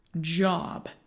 Job